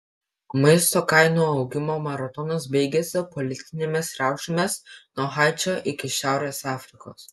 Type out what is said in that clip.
maisto kainų augimo maratonas baigėsi politinėmis riaušėmis nuo haičio iki šiaurės afrikos